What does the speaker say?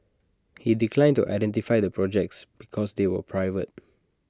he declined to identify the projects because they were private